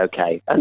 okay